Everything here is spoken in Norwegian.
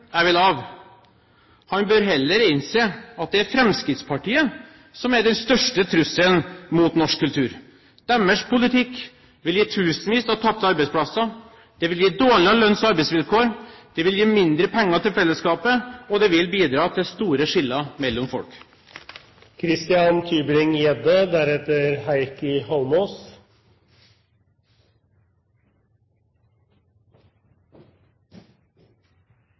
Han bør heller innse at det er Fremskrittspartiet som er den største trusselen mot norsk kultur. Deres politikk vil gi tusenvis av tapte arbeidsplasser, det vil gi dårligere lønns- og arbeidsvilkår, det vil gi mindre penger til fellesskapet, og det vil bidra til store skiller mellom